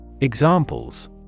Examples